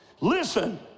Listen